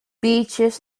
beaches